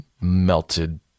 melted